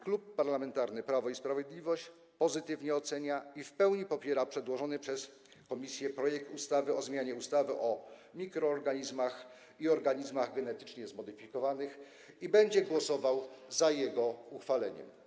Klub Parlamentarny Prawo i Sprawiedliwość pozytywnie ocenia i w pełni popiera przedłożony przez komisję projekt ustawy o zmianie ustawy o mikroorganizmach i organizmach genetycznie zmodyfikowanych i będzie głosował za jego uchwaleniem.